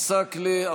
ג'באר עסאקלה,